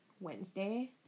Wednesday